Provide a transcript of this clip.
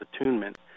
attunement